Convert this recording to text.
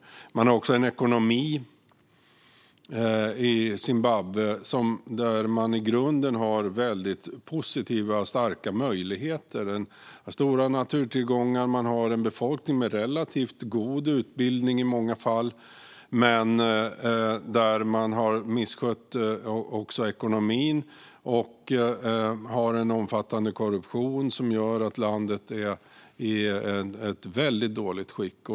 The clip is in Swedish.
Man har också en ekonomi i Zimbabwe där man i grunden har väldigt positiva och starka möjligheter. Man har stora naturtillgångar och en befolkning med relativt god utbildning i många fall. Men man har misskött ekonomin och har en omfattande korruption som gör att landet är i ett väldigt dåligt skick.